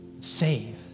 save